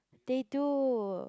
they do